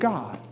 God